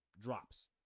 drops